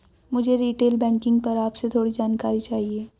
मुझे retail banking पर आपसे थोड़ी जानकारी चाहिए